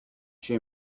she